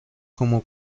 como